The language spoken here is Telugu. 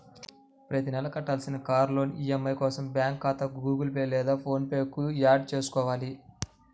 ప్రతి నెలా కట్టాల్సిన కార్ లోన్ ఈ.ఎం.ఐ కోసం బ్యాంకు ఖాతాను గుగుల్ పే లేదా ఫోన్ పే కు యాడ్ చేసుకోవాలి